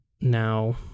now